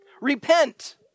Repent